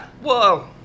Whoa